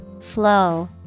Flow